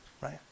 right